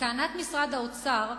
לטענת משרד האוצר,